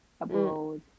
abroad